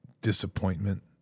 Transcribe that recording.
disappointment